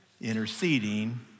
Interceding